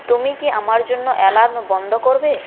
তুমি কি আমার জন্য অ্যালার্ম বন্ধ করবে